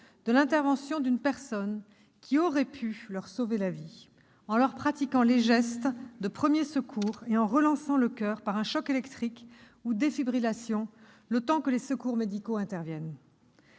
de l'intervention d'une personne qui aurait pu leur sauver la vie en pratiquant les gestes de premiers secours et en relançant le coeur par un choc électrique, ou défibrillation, le temps que les secours médicaux interviennent.